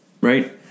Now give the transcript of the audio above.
right